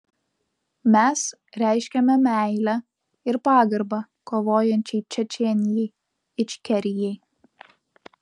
mes reiškiame meilę ir pagarbą kovojančiai čečėnijai ičkerijai